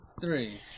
three